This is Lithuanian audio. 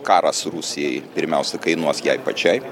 karas rusijai pirmiausia kainuos jai pačiai